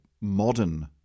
modern